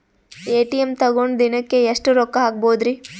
ATM ತಗೊಂಡ್ ದಿನಕ್ಕೆ ಎಷ್ಟ್ ರೊಕ್ಕ ಹಾಕ್ಬೊದ್ರಿ?